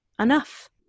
enough